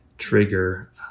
trigger